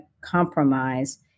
compromise